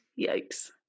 Yikes